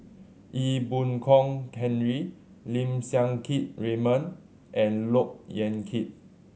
Ee Boon Kong Henry Lim Siang Keat Raymond and Look Yan Kit